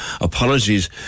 Apologies